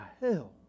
hell